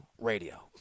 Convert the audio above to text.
radio